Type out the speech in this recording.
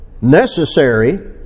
Necessary